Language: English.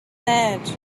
said